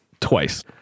twice